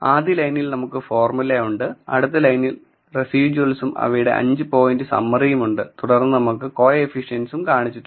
ആദ്യ ലൈനിൽ നമുക്ക് ഫോർമുല ഉണ്ട് അടുത്ത ലൈനിൽ റെസിഡ്യൂൾസും അവയുടെ 5 പോയിന്റ് സമ്മറിയും ഉണ്ട് തുടർന്ന് നമുക്ക് കോഎഫിഷിയെന്റ്സും കാണിച്ചിട്ടുണ്ട്